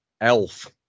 Elf